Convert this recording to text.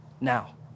Now